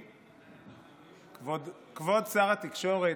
כבוד שר התקשורת,